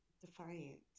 defiant